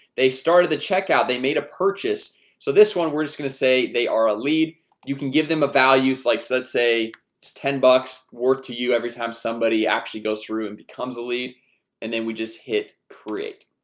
they started the checkout. they made a purchase so this one we're just gonna say they are a lead you can give them a value slyke's let's say it's ten bucks work to you every time somebody actually goes through and becomes a lead and then we just hit create